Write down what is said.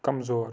کمزور